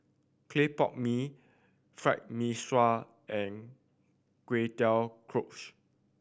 clay pot mee Fried Mee Sua and Kway Teow